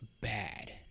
bad